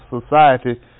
society